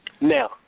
Now